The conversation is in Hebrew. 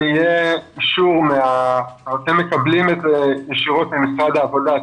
יהיה אישור -- -אתם מקבלים את זה ישירות ממשרד העבודה,